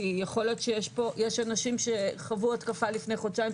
כי ייתכן שיש אנשים שחוו התקפה לפני חודשיים,